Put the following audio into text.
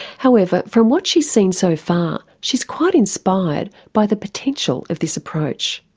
however from what she's seen so far, she's quite inspired by the potential of this approach.